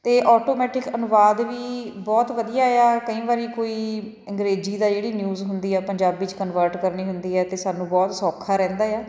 ਅਤੇ ਆਟੋਮੈਟਿਕ ਅਨੁਵਾਦ ਵੀ ਬਹੁਤ ਵਧੀਆ ਆ ਕਈ ਵਾਰੀ ਕੋਈ ਅੰਗਰੇਜ਼ੀ ਦਾ ਜਿਹੜੀ ਨਿਊਜ਼ ਹੁੰਦੀ ਆ ਪੰਜਾਬੀ 'ਚ ਕਨਵਰਟ ਕਰਨੀ ਹੁੰਦੀ ਹੈ ਅਤੇ ਸਾਨੂੰ ਬਹੁਤ ਸੌਖਾ ਰਹਿੰਦਾ ਆ